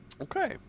okay